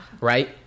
Right